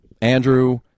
Andrew